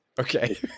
Okay